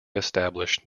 established